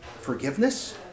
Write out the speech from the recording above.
forgiveness